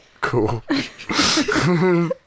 Cool